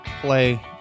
play